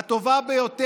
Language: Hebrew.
הטובה יותר,